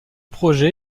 projet